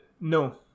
No